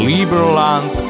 Liberland